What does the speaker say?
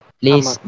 please